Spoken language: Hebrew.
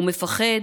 הוא מפחד